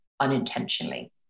unintentionally